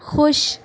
خوش